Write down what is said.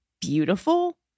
beautiful